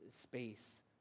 space